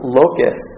locus